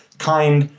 kind,